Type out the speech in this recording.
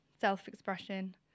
Self-expression